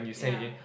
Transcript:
ya